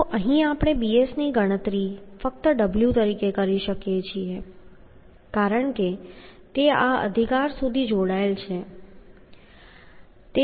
તો અહીં આપણે bs ની ગણતરી ફક્ત w તરીકે કરી શકીએ છીએ કારણ કે તે આ સુધી જોડાયેલ છે